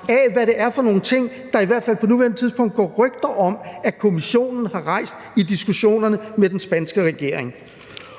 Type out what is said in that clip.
om, hvad det er for nogle ting, der i hvert fald på nuværende tidspunkt går rygter om Kommissionen har rejst i diskussionerne med den spanske regering.